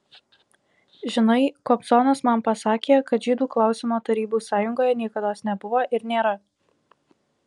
žinai kobzonas man pasakė kad žydų klausimo tarybų sąjungoje niekados nebuvo ir nėra